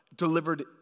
delivered